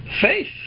faith